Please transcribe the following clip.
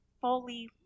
fully